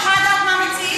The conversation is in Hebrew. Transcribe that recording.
אני יכולה לדעת מה מציעים?